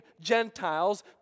Gentiles